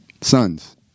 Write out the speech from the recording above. sons